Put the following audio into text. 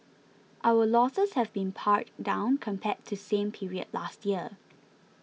our losses have been pared down compared to same period last year